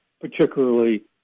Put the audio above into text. Particularly